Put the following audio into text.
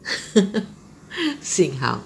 幸好